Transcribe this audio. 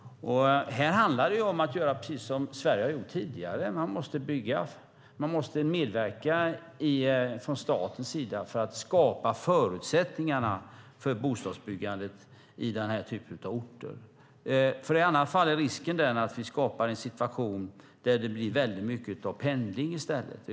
Här handlar det om att göra precis som Sverige har gjort tidigare, nämligen att från statens sida medverka till att skapa förutsättningar för bostadsbyggande i den typen av orter. I annat fall är det risk för att det skapas en situation med mycket pendling.